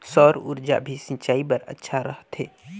सौर ऊर्जा भी सिंचाई बर अच्छा रहथे?